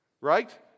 right